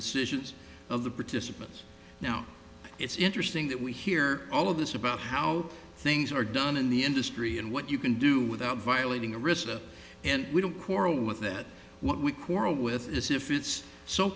decisions of the participants now it's interesting that we hear all of this about how things are done in the industry and what you can do without violating a risk and we don't quarrel with that what we quarrel with is if it's so